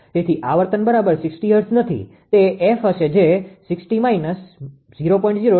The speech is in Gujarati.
તેથી આવર્તન બરાબર 60 હર્ટ્ઝ નથી તે F હશે જે 60 0